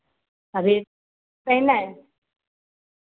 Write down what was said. अभी पहिने